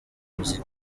muziki